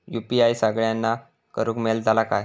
UPI सगळ्यांना करुक मेलता काय?